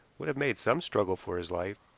would have made some struggle for his life,